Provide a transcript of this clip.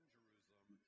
Jerusalem